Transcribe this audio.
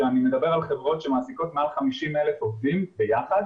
כשאני מדבר על חברות שמעסיקות מעל 50,000 עובדים ביחד,